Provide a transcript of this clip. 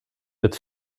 wird